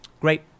Great